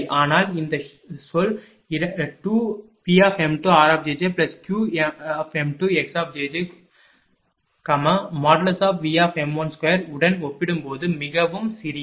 ஆனால் இந்த சொல் 2Pm2rjjQm2xjj V2 உடன் ஒப்பிடும்போது மிகவும் சிறியது